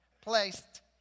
placed